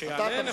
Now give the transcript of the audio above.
שיענה,